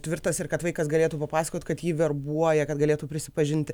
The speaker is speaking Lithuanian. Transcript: tvirtas ir kad vaikas galėtų papasakot kad jį verbuoja kad galėtų prisipažinti